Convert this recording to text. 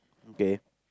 okay